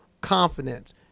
confidence